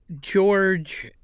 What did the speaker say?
George